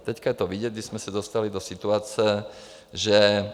Teď je to vidět, když jsme se dostali do situace, že...